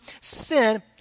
sin